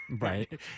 right